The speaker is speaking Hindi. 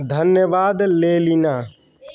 धन्यवाद लेलीना